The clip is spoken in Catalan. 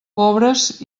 pobres